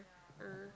ah